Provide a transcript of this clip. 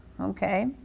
okay